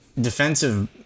defensive